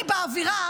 אני באווירה